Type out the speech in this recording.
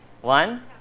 One